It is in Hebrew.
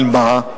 אבל מה,